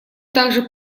также